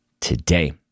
today